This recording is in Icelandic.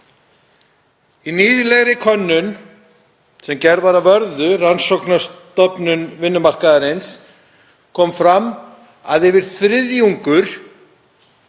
Í nýlegri könnun sem gerð var af Vörðu, rannsóknastofnun vinnumarkaðarins, kom fram að yfir þriðjungur